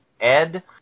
Ed